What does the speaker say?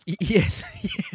Yes